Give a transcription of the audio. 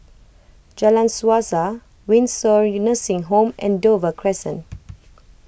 Jalan Suasa Windsor Nursing Home and Dover Crescent